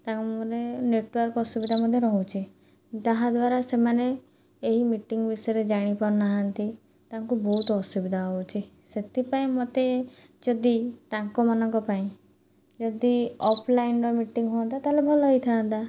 ତାଙ୍କ ମାନେ ନେଟୱାର୍କ ଅସୁବିଧା ମଧ୍ୟ ରହୁଛି ଯାହାଦ୍ୱାରା ସେମାନେ ଏହି ମିଟିଂ ବିଷୟରେ ଜାଣି ପାରୁନାହାନ୍ତି ତାଙ୍କୁ ବହୁତ ଅସୁବିଧା ହେଉଛି ସେଥିପାଇଁ ମୋତେ ଯଦି ତାଙ୍କ ମାନଙ୍କ ପାଇଁ ଯଦି ଅଫ୍ଲାଇନ୍ର ମିଟିଂ ହୁଅନ୍ତା ତାହେଲେ ଭଲ ହେଇଥାନ୍ତା